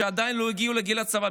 שעדיין לא הגיעו לגיל צבא,